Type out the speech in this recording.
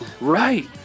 right